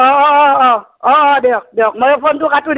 অ' অ' অ' অ' অ'অ' দিয়ক দিয়ক মই ফোনটো কাটো দে